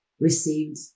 received